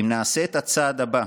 אם נעשה את הצעד הבא